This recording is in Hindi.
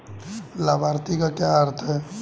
लाभार्थी का क्या अर्थ है?